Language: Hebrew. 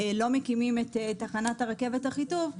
לא מקימים את תחנת הרכבת אחיטוב,